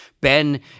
Ben